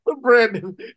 Brandon